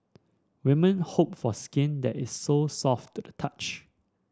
women hope for skin that is so soft to the touch